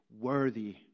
worthy